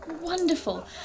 Wonderful